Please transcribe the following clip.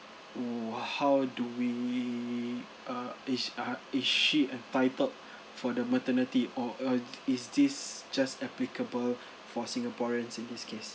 mm how do we uh is uh is she entitled for the maternity or uh is this just applicable for singaporeans in this case